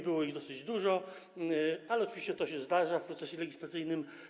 Było ich dosyć dużo, ale oczywiście to się zdarza w procesie legislacyjnym.